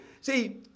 see